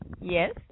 Yes